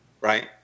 right